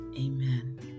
Amen